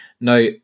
Now